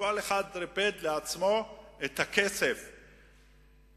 כל אחד ריפד את עצמו בכסף שקיבל,